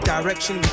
Direction